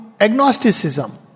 agnosticism